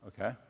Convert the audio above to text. Okay